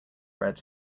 red